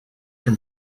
from